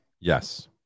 yes